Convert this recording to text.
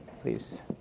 please